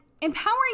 empowering